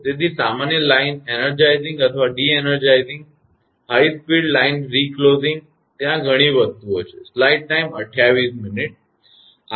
તેથી સામાન્ય line energizing અથવા de energizing high speed line reclosing ત્યાં ઘણી વસ્તુઓ છે